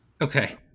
Okay